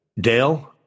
Dale